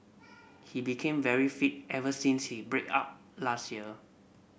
he became very fit ever since he break up last year